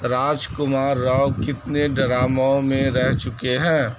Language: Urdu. راج کمار راؤ کتنے ڈراموں میں رہ چکے ہیں